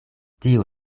dio